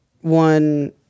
one